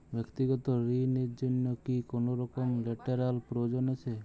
ব্যাক্তিগত ঋণ র জন্য কি কোনরকম লেটেরাল প্রয়োজন আছে?